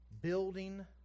Building